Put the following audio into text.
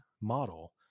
model